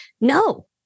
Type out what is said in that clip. No